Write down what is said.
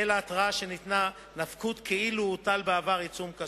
תהיה להתראה שניתנה נפקות כאילו הוטל בעבר עיצום כספי.